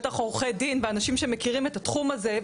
בטח עורכי דין ואנשים שמכירים את התחום הזה,